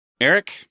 Eric